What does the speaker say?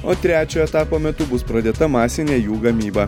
o trečio etapo metu bus pradėta masinė jų gamyba